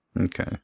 okay